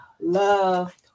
love